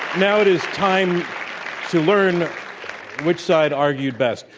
now it is time to learn which side argued best.